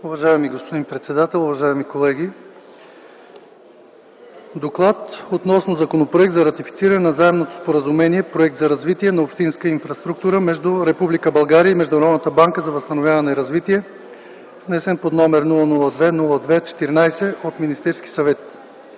Уважаеми господин председател, уважаеми колеги! „ДОКЛАД относно Законопроект за ратифициране на Заемното споразумение „Проект за развитие на общинската инфраструктура” между Република България и Международната банка за възстановяване и развитие, внесен под № 002-02-14 от Министерски съвет